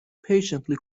patiently